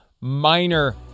minor